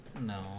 No